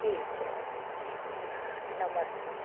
ठीक है हाँ नमस्ते